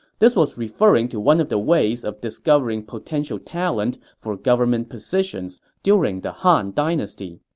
this was referring to one of the ways of discovering potential talent for government positions during the han dynasty.